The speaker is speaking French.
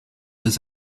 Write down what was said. des